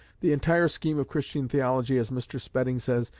the entire scheme of christian theology, as mr. spedding says,